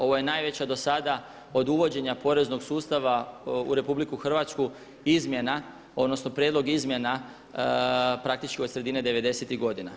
Ovo je najveća dosada od uvođenja poreznog sustava u RH izmjena odnosno prijedlog izmjena praktički od sredine 90.tih godina.